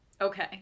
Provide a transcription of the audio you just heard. Okay